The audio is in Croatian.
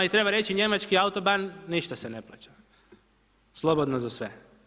I treba reći njemački autoban ništa se ne plaća, slobodno za sve.